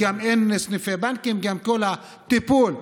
גם פיזית,